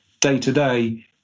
day-to-day